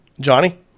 Johnny